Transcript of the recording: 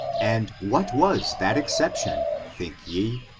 and what was that exception, think ye?